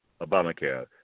Obamacare